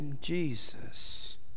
Jesus